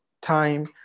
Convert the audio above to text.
time